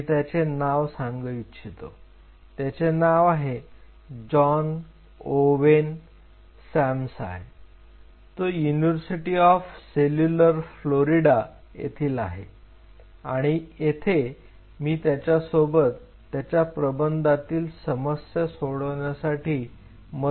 मी त्याचे नाव सांगू इच्छितो त्याचे नाव आहे जॉन ओवेन सॅमसाय तो युनिव्हर्सिटी ऑफ सेल्युलर फ्लोरिडा येथील आहे आणि येथे मी त्याच्यासोबत त्याच्या प्रबंधातील समस्या सोडवण्यासाठी मदत करत होतो